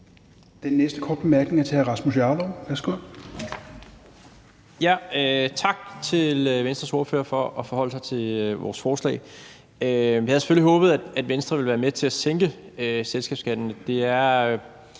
Værsgo. Kl. 14:46 Rasmus Jarlov (KF): Tak til Venstres ordfører for at forholde sig til vores forslag. Vi havde selvfølgelig håbet, at Venstre ville være med til at sænke selskabsskatten.